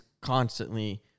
constantly